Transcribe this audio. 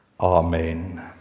Amen